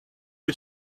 you